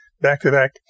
back-to-back